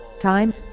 Time